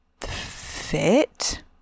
fit